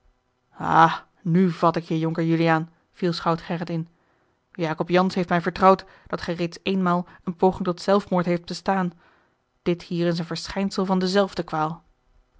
nu vat ik je jonker juliaan viel schout gerrit in jacob jansz heeft mij vertrouwd dat gij reeds eenmaal eene poging tot zelfmoord hebt bestaan dit hier is een verschijnsel van dezelfde kwaal